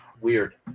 weird